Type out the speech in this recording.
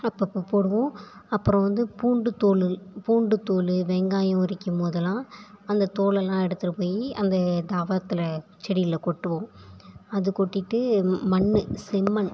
அப்பப்போ போடுவோம் அப்புறம் வந்து பூண்டுதோல் பூண்டுதோல் வெங்காயம் உரிக்கும் போதெல்லாம் அந்த தோலெல்லாம் எடுத்துகிட்டு போய் அந்த தாவரத்தில் செடியில் கொட்டுவோம் அது கொட்டிகிட்டு மண் செம்மண்